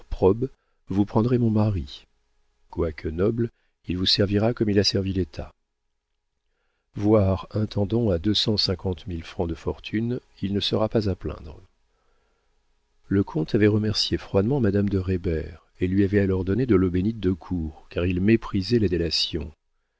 vous prendrez mon mari quoique noble il vous servira comme il a servi l'état votre intendant a deux cent cinquante mille francs de fortune il ne sera pas à plaindre le comte avait remercié froidement madame de reybert et lui avait alors donné de l'eau bénite de cour car il méprisait la délation